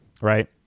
right